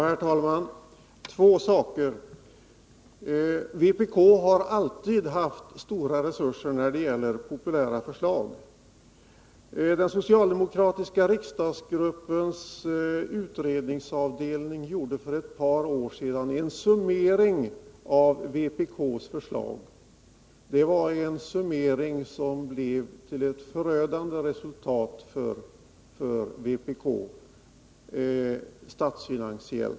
Herr talman! Jag vill ta upp två saker. Vpk har alltid haft stora resurser när det gällt populära förslag. Den socialdemokratiska riksdagsgruppens utredningsavdelning gjorde för ett par år sedan en summering av vpk:s förslag. Den summeringen visade ett för vpk förödande resultat statsfinansiellt.